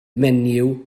menyw